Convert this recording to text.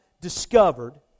discovered